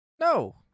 No